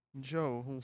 Joe